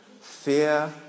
fear